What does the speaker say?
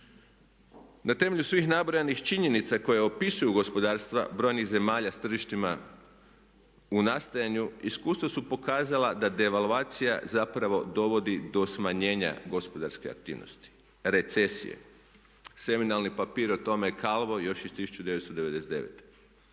Na temelju svih nabrojanih činjenica koje opisuju gospodarstva brojnih zemalja sa tržištima u nastojanju iskustva su pokazala da devaluacija zapravo dovodi do smanjenja gospodarske aktivnosti, recesije. Seminalni papir o tome je Calvo još iz 1999.